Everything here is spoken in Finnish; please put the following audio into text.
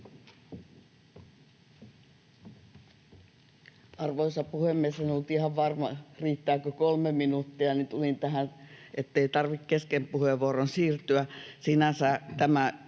Arvoisa puhemies! Kun en ollut ihan varma, riittääkö kolme minuuttia, niin tulin tähän korokkeelle, ettei tarvitse kesken puheenvuoron siirtyä. Sinänsä tämä